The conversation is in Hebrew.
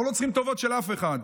אנחנו לא צריכים טובות של אף אחד.